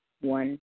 one